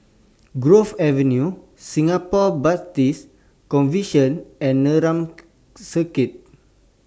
Grove Avenue Singapore Baptist Convention and Neram Crescent